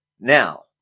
Now